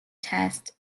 test